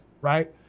right